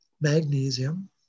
magnesium